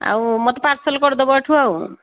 ଆଉ ମୋତେ ପାର୍ସଲ କରିଦେବ ଏଠୁ ଆଉ